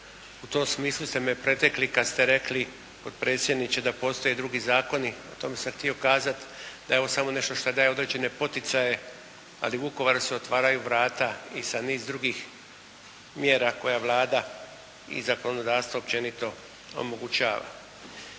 U tom smislu ste me pretekli kad ste rekli potpredsjedniče da postoje drugi zakoni, o tome sam htio kazati, da je ovo samo nešto što daje određene poticaje. Ali Vukovaru se otvaraju vrata i sa niz drugih mjera koje Vlada i zakonodavstvo općenito omogućava.